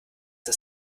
das